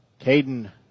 Caden